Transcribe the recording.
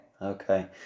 Okay